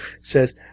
says